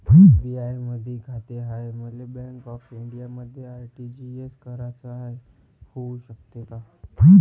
SBI मधी खाते हाय, मले बँक ऑफ इंडियामध्ये आर.टी.जी.एस कराच हाय, होऊ शकते का?